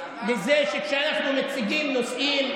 לזה שכשאנחנו מציגים נושאים,